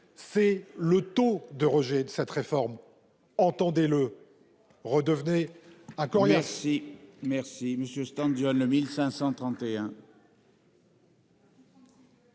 mesure le taux de rejet de cette réforme. Entendez-le ! Redevenez un coriace